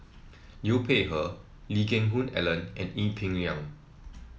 Liu Peihe Lee Geck Hoon Ellen and Ee Peng Liang